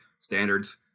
standards